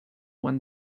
when